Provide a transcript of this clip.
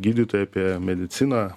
gydytoja apie mediciną